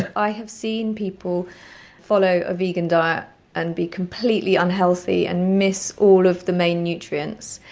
i have seen people follow a vegan diet and be completely unhealthy and miss all of the main nutrients,